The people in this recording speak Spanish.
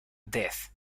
death